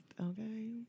Okay